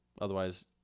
otherwise